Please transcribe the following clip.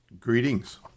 Greetings